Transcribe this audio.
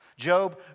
Job